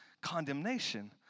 condemnation